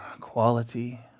quality